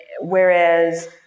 Whereas